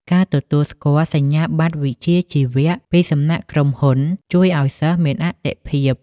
ការទទួលស្គាល់សញ្ញាបត្រវិជ្ជាជីវៈពីសំណាក់ក្រុមហ៊ុន ជួយឱ្យសិស្សមានអាទិភាព។